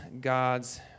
God's